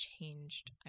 changed